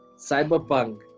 Cyberpunk